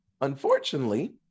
Unfortunately